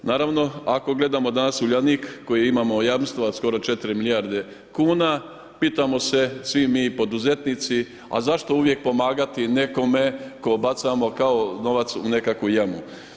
Naravno ako gledamo danas Uljanik koji imamo jamstva od skoro 4 milijarde kuna pitamo se svi mi poduzetnici a zašto uvijek pomagati nekome ko bacamo kao novac u nekakvu jamu.